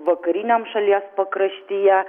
vakariniam šalies pakraštyje